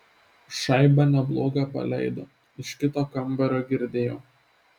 šaibą neblogą paleido iš kito kambario girdėjau